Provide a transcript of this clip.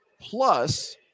plus